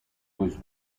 was